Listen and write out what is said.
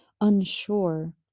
unsure